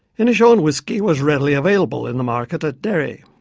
inishowen whiskey was readily available in the market at derry.